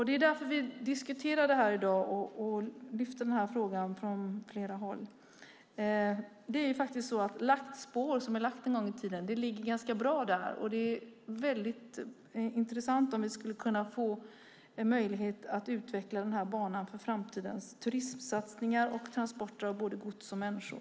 Det är därför vi i dag lyfter upp den frågan från flera håll. Lagt spår, spår som en gång lagts, ligger ganska bra där det ligger, och det vore intressant om vi fick möjlighet att utveckla Lysekilsbanan för framtida turistsatsningar och för transporter av både gods och människor.